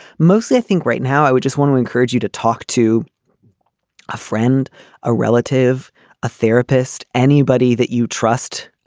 mostly i think right now i would just want to encourage you to talk to a friend a relative a therapist anybody that you trust